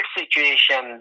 situation